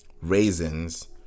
Raisins